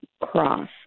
cross